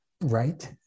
right